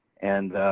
and,